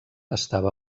estava